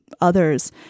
others